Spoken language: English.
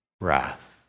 wrath